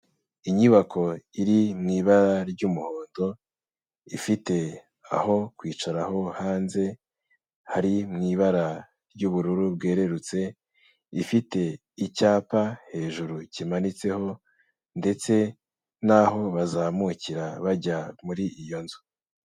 Inyubako iri mu ibara ry'umuhondo, ifite aho kwicaraho hanze hari mu ibara ry'ubururu bwerurutse, ifite icyapa hejuru kimanitseho ndetse n'aho bazamukira bajya muri iyo nzu.